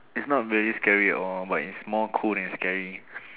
it's not very scary at all but it's more cool than scary